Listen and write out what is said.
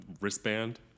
wristband